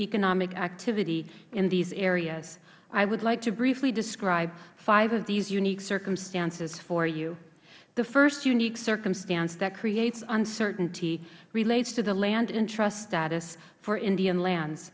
economic activity in these areas i would like to briefly describe five of these unique circumstances for you the first unique circumstance that creates uncertainty relates to the landintrust status for indian land